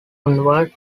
onward